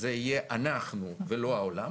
זה יהיה אנחנו ולא העולם,